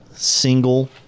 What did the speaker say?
Single